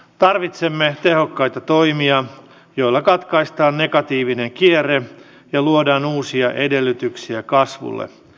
tarvitsemme tehokkaita toimia joilla katkaistaan negatiivinen kierre ja luodaan uusia edellytyksiä kasvulle